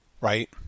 Right